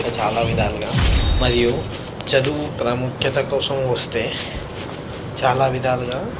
ఇంకా చాలా విధాలుగా మరియు చదువు ప్రాముఖ్యత కోసం వస్తే చాలా విధాలుగా